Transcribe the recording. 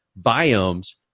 biomes